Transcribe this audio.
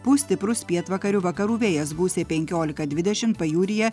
pūs stiprus pietvakarių vakarų vėjas gūsiai penkiolika dvidešim pajūryje